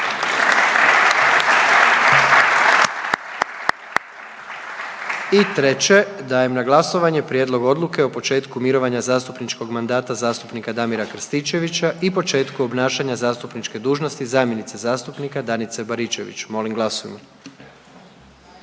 I treće, dajem na glasovanje prijedlog odluke o početku mirovanja zastupničkog mandata zastupnika Damira Krstičevića i početku obnašanja zastupničke dužnosti zamjenice zastupnika Danice Baričević, molim glasujmo.